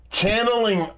channeling